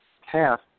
half